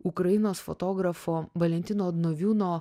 ukrainos fotografo valentino nuviūno